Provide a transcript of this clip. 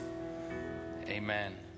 Amen